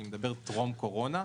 אני מדבר על טרום קורונה.